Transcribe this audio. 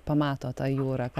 pamato tą jūrą